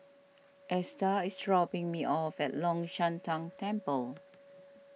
Esta is dropping me off at Long Shan Tang Temple